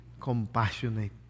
compassionate